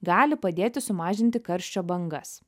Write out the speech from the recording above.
gali padėti sumažinti karščio bangas